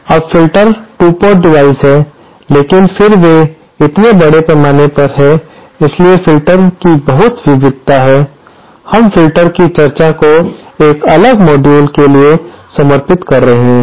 अब filter 2 port device है लेकिन फिर वे इतने बड़े पैमाने पर है इसलिए फिल्टर की बहुत विविधता है हम फिल्टर की चर्चा को एक अलग मॉड्यूल के लिए समर्पित कर रहे हैं